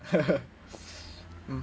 (uh huh)